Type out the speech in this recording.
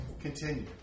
Continue